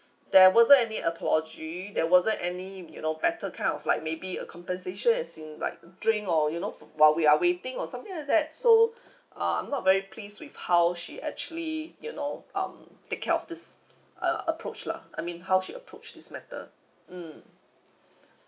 there wasn't any apology there wasn't any you know better kind of like maybe a compensation as in like a drink or you know while we are waiting or something like that so I'm not very pleased with how she actually you know um take care of this uh approach lah I mean how she approached this matter mm